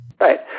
Right